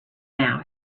now